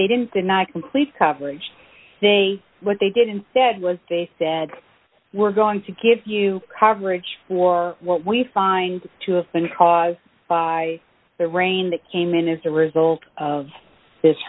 they didn't deny complete coverage they what they did instead was day said we're going to give you coverage for what we find to offend caused by the rain that came in as a result of this